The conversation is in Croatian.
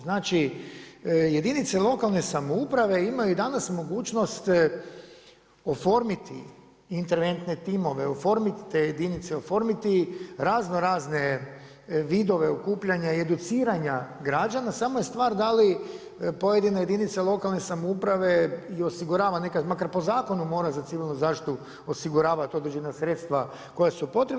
Znači jedinice lokalne samouprave imaju i danas mogućnost oformiti interventne time, oformiti te jedinice, oformiti razno razne vidove okupljanja i educiranja građana samo je stvar da li pojedine jedinice lokalne samouprave i osigurava nekad makar po zakonu mora za Civilnu zaštitu osiguravati određena sredstva koja su potrebna.